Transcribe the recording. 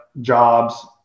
jobs